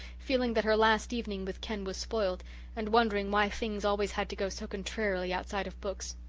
feeling that her last evening with ken was spoiled and wondering why things always had to go so contrarily outside of books.